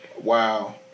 Wow